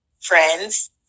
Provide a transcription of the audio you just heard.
friends